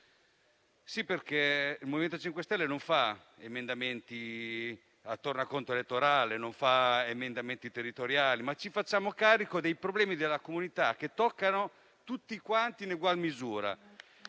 perché il MoVimento 5 Stelle non fa emendamenti a tornaconto elettorale o territoriali, ma si fa carico dei problemi della comunità che toccano tutti quanti in egual misura